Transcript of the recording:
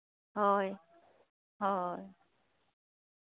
ᱦᱳᱭ ᱦᱳᱭ